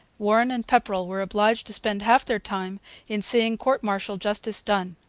warren and pepperrell were obliged to spend half their time in seeing court-martial justice done.